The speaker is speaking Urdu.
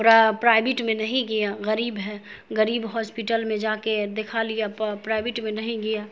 پرائیویٹ میں نہیں گیا غریب ہے غریب ہاسپٹل میں جا کے دکھا لیا پرائیویٹ میں نہیں گیا